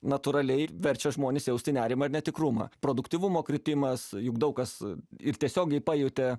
natūraliai verčia žmones jausti nerimą netikrumą produktyvumo kritimas juk daug kas ir tiesiogiai pajutę